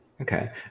Okay